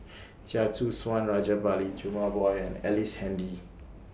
Chia Choo Suan Rajabali Jumabhoy Ellice Handy